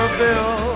bill